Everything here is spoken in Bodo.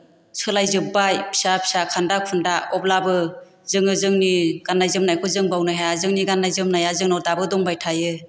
सोलाय जोब्बाय फिसा फिसा खान्दा खुन्दा अब्लाबो जोङो जोंनि गान्नाय जोमनायखौ जों बावनो हाया जोंनि गान्नाय जोमनाया जोंनाव दाबो दंबाय थायो